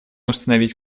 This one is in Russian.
установить